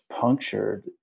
punctured